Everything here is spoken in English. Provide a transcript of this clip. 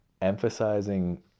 emphasizing